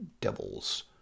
devils